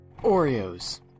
Oreos